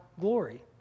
glory